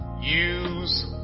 use